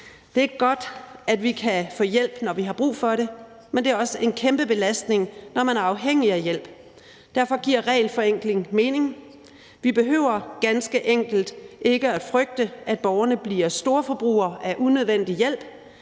Det er ikke godt, at man ikke kan få hjælp, når man har brug for det, men det er også en kæmpe belastning, når man er afhængig af hjælp. Derfor giver regelforenkling mening. Vi behøver ganske enkelt ikke at frygte, at borgerne bliver storforbrugere af unødvendig hjælp: